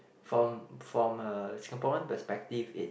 from from a Singaporean perspective it's